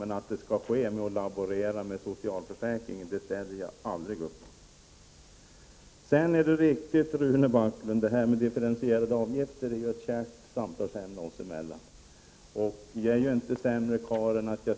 Men att det skall ske genom ett laborerande med socialförsäkringen ställer jag mig aldrig bakom. Differentierade avgifter är ju ett kärt samtalsämne mellan Rune Backlund och mig.